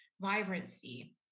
vibrancy